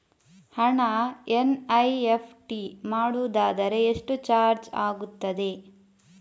ಹಣ ಎನ್.ಇ.ಎಫ್.ಟಿ ಮಾಡುವುದಾದರೆ ಎಷ್ಟು ಚಾರ್ಜ್ ಆಗುತ್ತದೆ?